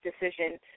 decision